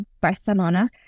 Barcelona